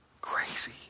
crazy